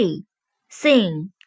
S-I-N-G